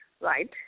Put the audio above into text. right